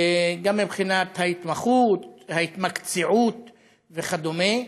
גם מבחינת ההתמחות, ההתמקצעות וכדומה.